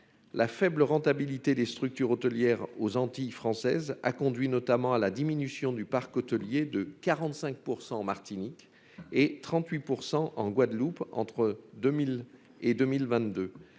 La faible rentabilité des structures hôtelières dans les Antilles françaises a conduit à une diminution du parc hôtelier de 45 % en Martinique et de 38 % en Guadeloupe entre 2000 et 2022.